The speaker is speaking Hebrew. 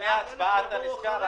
לפני ההצבעה אתה נזכר?